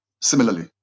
similarly